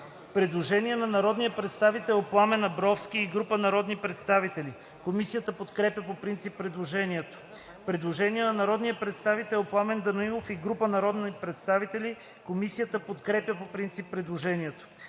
Предложение на народния представител Пламен Абровски и група народни представители. Комисията подкрепя по принцип предложението. Предложение на народния представител Пламен Данаилов и група народни представители. Комисията подкрепя по принцип предложението.